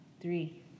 three